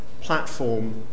platform